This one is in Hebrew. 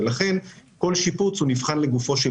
כאשר כל שיפוץ נבחן לגופו.